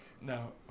no